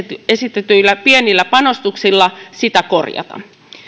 esitetyillä pienillä panostuksilla sitä korjata